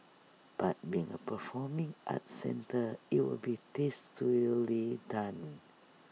but being A performing arts centre IT will be done